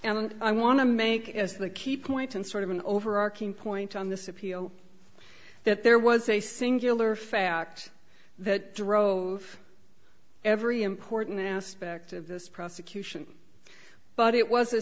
and i want to make as the key point and sort of an overarching point on this appeal that there was a singular fact that drove every important aspect of this prosecution but it was a